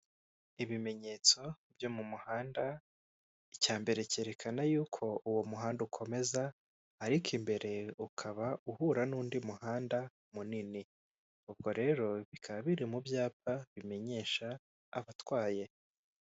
Ibimenyetso byo mu muhanda icya mbere cyerekana yuko u uwo muhanda ukomeza ariko imbere ukaba uhura n'undi muhanda munini, ubwo rero bikaba biri mu byapa bimenyesha abatwaye.